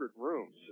rooms